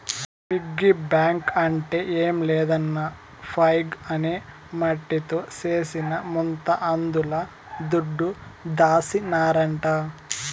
piggy bank అంటే ఏం లేదన్నా పైగ్ అనే మట్టితో చేసిన ముంత అందుల దుడ్డు దాసినారంట